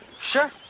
Sure